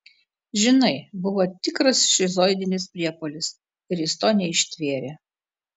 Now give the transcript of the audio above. žinai buvo tikras šizoidinis priepuolis ir jis to neištvėrė